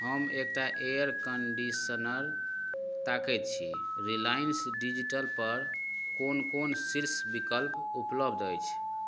हम एकटा air conditioner ताकैत छी रिलायंस डिजिटल पर कोन कोन शीर्ष विकल्प उपलब्ध अछि